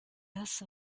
das